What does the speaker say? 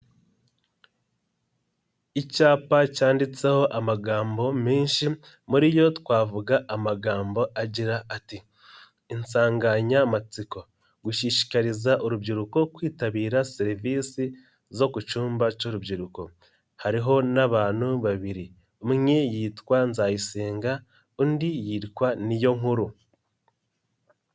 Icyapa cyanditseho amagambo menshi muri yo twavuga amagambo agira ati insanganyamatsiko gushishikariza urubyiruko kwitabira serivisi zo ku cyumba cy'urubyiruko , hariho n'abantu babiri umwe yitwa Nzayisenga undi yitwa Niyonkuru.